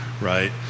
right